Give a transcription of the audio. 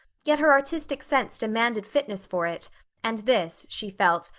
yet her artistic sense demanded fitness for it and this, she felt,